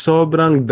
Sobrang